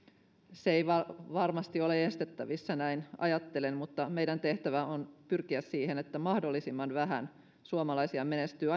se ei varmasti ole estettävissä näin ajattelen mutta meidän tehtävämme on pyrkiä siihen että mahdollisimman vähän suomalaisia menehtyy